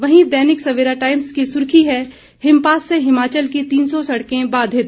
वहीं दैनिक सवेरा टाइम्स की सुर्खी है हिमपात से हिमाचल की तीन सौ सड़कें बाधित